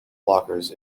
blockers